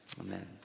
Amen